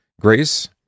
grace